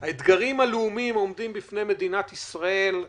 אלה האתגרים הלאומיים העומדים בפני מדינת ישראל,